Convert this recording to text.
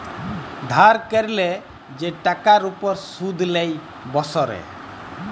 ধার ক্যরলে যে টাকার উপর শুধ লেই বসরে